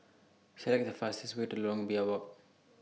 Select The fastest Way to Lorong Biawak